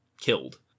killed